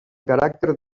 caràcter